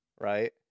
right